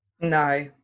No